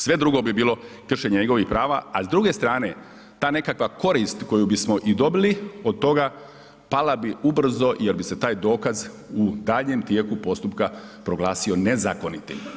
Sve drugo bi bilo kršenje njegovih prava, a s druge strane ta nekakva korist koju bismo i dobili od toga, pala bi ubrzo jer bi se taj dokaz u daljnjem tijeku postupka proglasio nezakonitim.